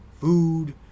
food